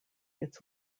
its